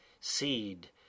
seed